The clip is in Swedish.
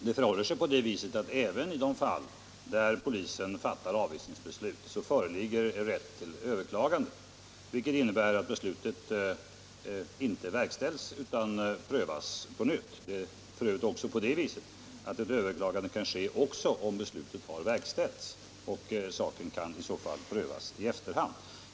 Herr talman! Även i de fall då polisen fattar avvisningsbeslut föreligger rätt till överklagande, vilket innebär att beslutet inte verkställs utan att ärendet prövas på nytt. Det är f. ö. också på det viset att överklagande kan ske även om beslutet verkställts. Saken prövas i så fall i efterhand.